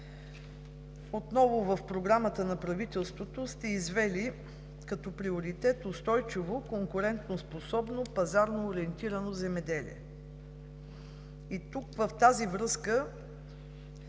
В Програмата на правителството отново сте извели като приоритет „устойчиво, конкурентоспособно пазарно ориентирано земеделие“. Тук в тази връзка